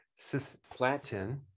cisplatin